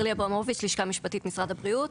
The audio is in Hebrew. מהלשכה המשפטית במשרד הבריאות.